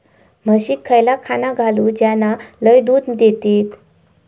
म्हशीक खयला खाणा घालू ज्याना लय दूध देतीत?